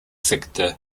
sector